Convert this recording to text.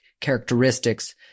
characteristics